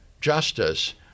justice